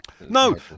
No